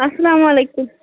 اسلامُ علیکُم